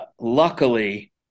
luckily